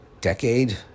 decade